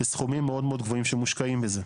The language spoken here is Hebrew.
בסכומים מאוד מאוד גבוהים שמושקעים בזה.